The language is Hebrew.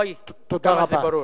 אוי, כמה זה ברור.